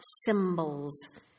symbols